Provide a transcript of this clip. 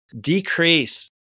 decrease